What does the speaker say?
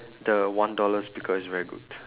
the one dollar speaker is very good